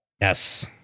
Yes